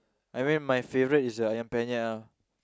I mean my favourite is the Ayam-Penyet ah